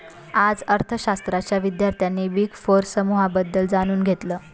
आज अर्थशास्त्राच्या विद्यार्थ्यांनी बिग फोर समूहाबद्दल जाणून घेतलं